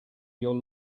your